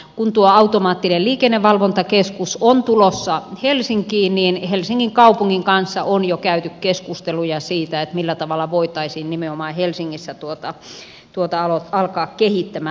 kun tuo automaattisen liikennevalvonnan keskus on tulossa helsinkiin niin helsingin kaupungin kanssa on jo käyty keskusteluja siitä millä tavalla voitaisiin nimenomaan helsingissä tuota alkaa kehittämään